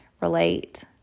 relate